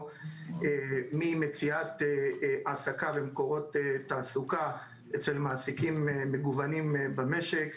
ממציאת העסקה ומקורות תעסוקה אצל מעסיקים מגוונים במשק,